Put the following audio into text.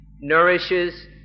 nourishes